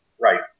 Right